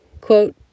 Quote